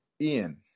Ian